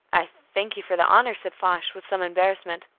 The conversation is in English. i thank you for the honor, said foch with some embarrassment,